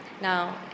Now